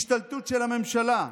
השתלטות של הממשלה,